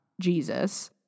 Jesus